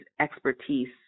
expertise